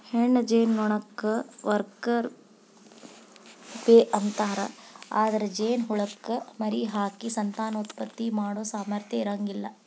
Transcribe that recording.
ಹೆಣ್ಣ ಜೇನನೊಣಕ್ಕ worker bee ಅಂತಾರ, ಅದ್ರ ಈ ಜೇನಹುಳಕ್ಕ ಮರಿಹಾಕಿ ಸಂತಾನೋತ್ಪತ್ತಿ ಮಾಡೋ ಸಾಮರ್ಥ್ಯ ಇರಂಗಿಲ್ಲ